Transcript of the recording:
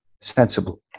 sensible